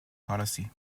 policy